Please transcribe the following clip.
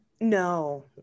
no